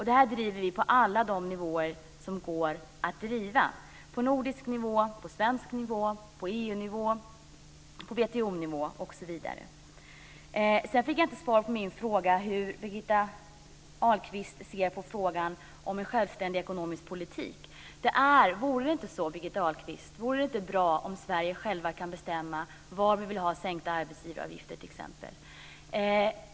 Detta driver vi på alla nivåer där det går att driva det - på nordisk nivå, på svensk nivå, på EU-nivå, på Jag fick inte något svar på min fråga om hur Birgitta Ahlqvist ser på detta med en självständig ekonomisk politik. Vore det inte bra om Sverige självt kunde bestämma var vi vill ha sänkta arbetsgivaravgifter t.ex.?